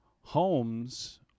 homes